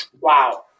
Wow